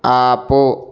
ఆపు